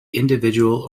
individual